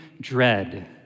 dread